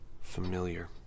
familiar